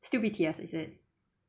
still B_T_S is it